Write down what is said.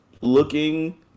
looking